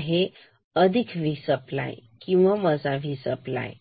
हे आहे अधिकV सप्लाय किंवा वजा V सप्लाय